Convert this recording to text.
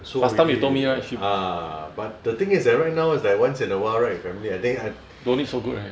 should be ah but the thing is that right now is that once in awhile right the family I think I